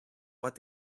what